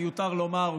מיותר לומר,